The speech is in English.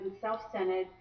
self-centered